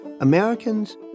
Americans